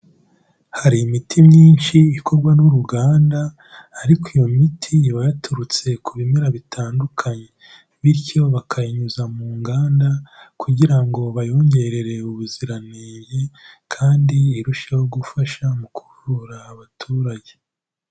Hari imiti myinshi ikorwa n'uruganda, ariko iyo miti iba yaturutse ku bimera bitandukanye. Bityo bakayinyuza mu nganda, kugira ngo bayongerere ubuziranenge, kandi irusheho gufasha mu kuvura abaturage.